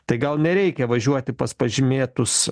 tai gal nereikia važiuoti pas pažymėtus